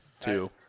Two